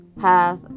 hath